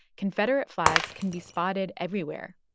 confederate flags can be spotted everywhere.